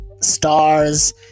stars